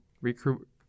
recruit